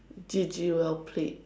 G_G well played